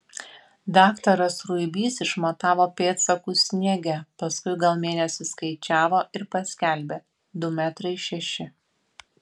daktaras ruibys išmatavo pėdsakus sniege paskui gal mėnesį skaičiavo ir paskelbė du metrai šeši